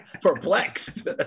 perplexed